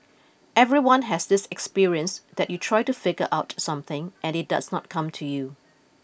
everyone has this experience that you try to figure out something and it does not come to you